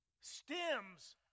stems